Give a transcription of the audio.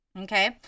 okay